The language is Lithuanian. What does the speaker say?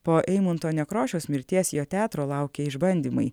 po eimunto nekrošiaus mirties jo teatro laukia išbandymai